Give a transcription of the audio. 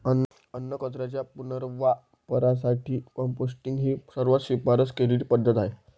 अन्नकचऱ्याच्या पुनर्वापरासाठी कंपोस्टिंग ही सर्वात शिफारस केलेली पद्धत आहे